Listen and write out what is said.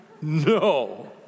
No